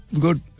Good